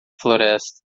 floresta